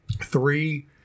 Three